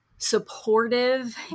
supportive